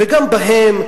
וגם בהן,